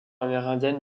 amérindiennes